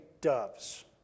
doves